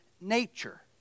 nature